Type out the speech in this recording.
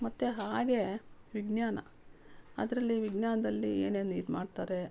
ಮತ್ತೆ ಹಾಗೇ ವಿಜ್ಞಾನ ಅದರಲ್ಲಿ ವಿಜ್ಞಾನದಲ್ಲಿ ಏನೇನು ಇದ್ಮಾಡ್ತಾರೆ